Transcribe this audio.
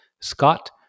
Scott